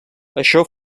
això